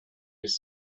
bis